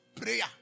Prayer